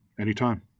Anytime